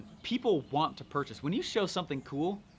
people want to purchase. when you show something cool,